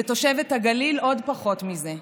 ותושבת הגליל עוד פחות מזה.